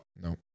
no